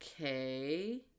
okay